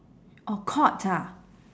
orh caught ah